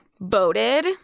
voted